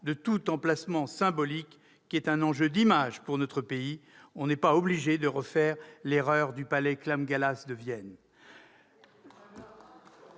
tout emplacement symbolique, car c'est un enjeu d'image pour notre pays ? Nous ne sommes pas obligés de refaire l'erreur du palais Clam-Gallas de Vienne.